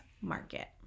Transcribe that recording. market